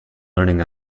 learning